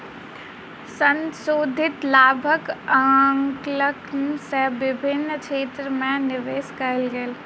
संशोधित लाभक आंकलन सँ विभिन्न क्षेत्र में निवेश कयल गेल